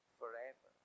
forever